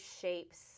shapes